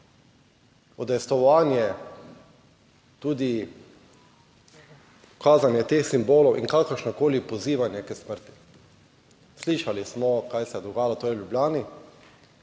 udejstvovanje, tudi kazanje teh simbolov in kakršnokoli pozivanje k smrti. Slišali smo, kaj se je dogajalo v Ljubljani.